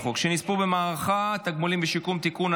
שנספו במערכה (תגמולים ושיקום) (תיקון,